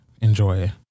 enjoy